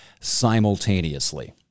simultaneously